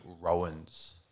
Rowan's